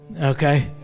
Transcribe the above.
Okay